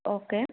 okay